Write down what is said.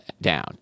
down